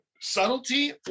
subtlety